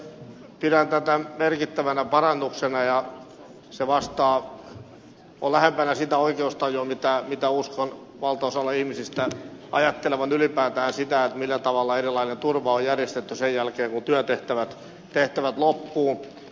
pidän tätä merkittävänä parannuksena ja se on lähempänä sitä oikeustajua miten uskon valtaosan ihmisistä ajattelevan ylipäätään siitä millä tavalla erilainen turva on järjestetty sen jälkeen kun työtehtävät loppuvat